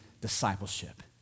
discipleship